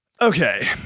Okay